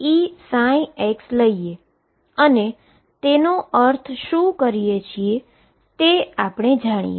અને તેનો અર્થ શું છે એ આપણે જોઈએ